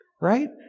right